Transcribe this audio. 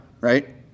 right